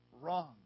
Wrong